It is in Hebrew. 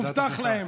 הובטח להם,